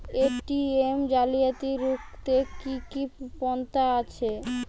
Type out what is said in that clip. ATM জালিয়াতি রুখতে কি কি পন্থা আছে?